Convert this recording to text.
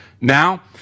Now